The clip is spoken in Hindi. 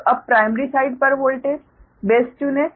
तो अब प्राइमरी साइड पर वोल्टेज बेस चुनें